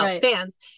fans